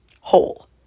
whole